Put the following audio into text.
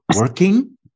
working